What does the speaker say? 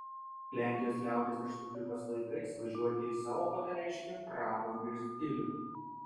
lenkijos liaudies respublikos laikais važiuoti į sopotą reiškė prabangą ir stilių